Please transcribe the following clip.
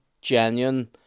genuine